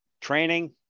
training